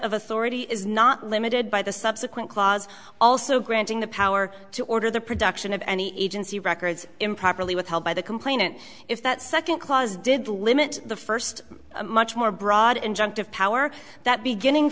of authority is not limited by the subsequent clause also granting the power to order the production of any agency records improperly withheld by the complainant if that second clause did limit the first a much more broad injunctive power that beginning